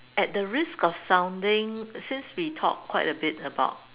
at the risk of sounding since we talk quite a bit about